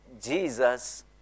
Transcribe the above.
Jesus